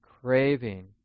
craving